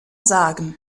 sagen